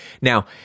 Now